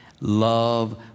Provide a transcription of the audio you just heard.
love